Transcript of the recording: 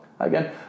Again